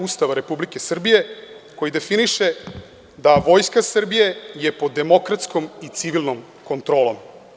Ustava Republike Srbije, koji definiše da je Vojska Srbije pod demokratskom i civilnom kontrolom.